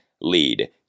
lead